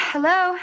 Hello